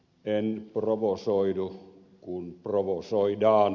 en provosoidu kun provosoidaan